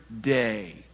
day